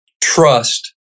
trust